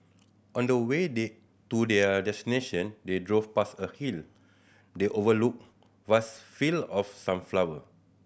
on the way they to their destination they drove past a hill they overlooked vast field of sunflower